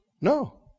No